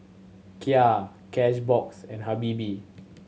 Kia Cashbox and Habibie